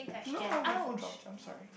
no my phone dropped I'm sorry